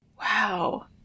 Wow